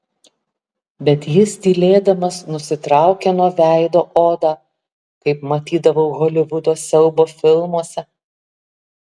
bet jis tylėdamas nusitraukė nuo veido odą kaip matydavau holivudo siaubo filmuose